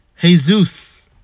Jesus